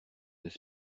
n’est